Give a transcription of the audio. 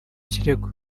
kirego